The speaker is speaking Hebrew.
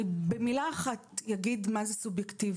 במילה אחת אני אגיד מה זה סובייקטיבי,